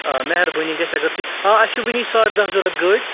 آ مہربٲنی گژھِ اگر تُہۍ آ اَسہِ چھُ وٕنی ساڑٕ دہ ضوٚرَتھ گٲڑۍ